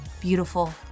beautiful